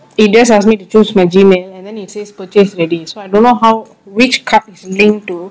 it just ask me to choose my gmail and then it says purchased already so I don't know how which card is linked to